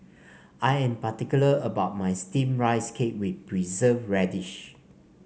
I am particular about my steamed Rice Cake with Preserved Radish